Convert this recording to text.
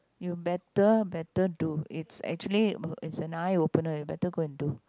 you better better do it's actually is an eye opener you better go and do